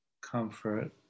comfort